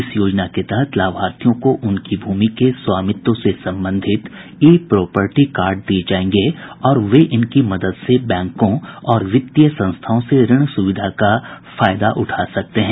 इस योजना के तहत लाभार्थियों को उनकी भूमि के स्वामित्व से संबंधित ई प्रोपर्टी कार्ड दिए जाएंगे और वे इनकी मदद से बैंकों और वित्तीय संस्थाओं से ऋण सुविधा का फायदा उठा सकते हैं